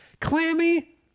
Clammy